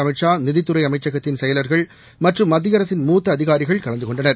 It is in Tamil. அமித் ஷா நிதித்துறைஅமைச்சகத்தின் செயலாளர்கள் மற்றும் மத்தியஅரசின் மூத்தஅதிகாரிகள் கலந்துகொண்டனர்